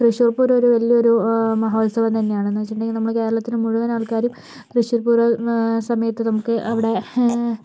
തൃശൂർ പൂരം ഒരു വലിയ ഒരു മഹോത്സവം തന്നെ ആണ് എന്നുവെച്ചിട്ടുണ്ടെങ്കിൽ നമ്മള് കേരളത്തിന് മുഴുവൻ ആൾക്കാരും തൃശൂർ പൂരം സമയത്ത് നമുക്ക് അവിടെ